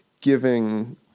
giving